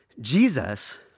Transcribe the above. Jesus